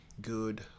good